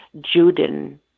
Juden